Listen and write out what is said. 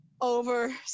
over